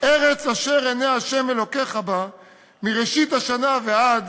'ארץ אשר עיני ה' אלוקיך בה מראשית השנה ועד